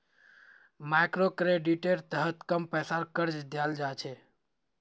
मइक्रोक्रेडिटेर तहत कम पैसार कर्ज दियाल जा छे